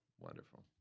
Wonderful